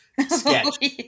Sketch